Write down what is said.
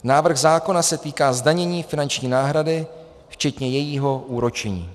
Návrh zákona se týká zdanění finanční náhrady včetně jejího úročení.